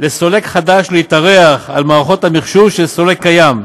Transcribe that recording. לסולק חדש להתארח במערכות המחשוב של סולק קיים,